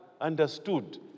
understood